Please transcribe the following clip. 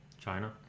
China